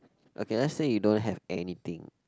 okay let say you don't have anything